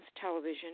television